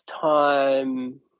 time